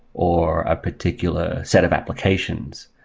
or a particular set of applications,